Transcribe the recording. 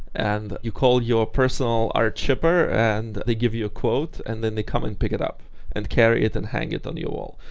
you call your personal art shipper and they give you quotes and then they come and pick it up and carry it and hang it on your wall.